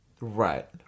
Right